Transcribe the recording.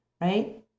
right